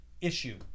issue